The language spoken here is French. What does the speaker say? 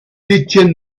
détient